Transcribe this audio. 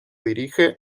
dirige